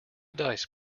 dice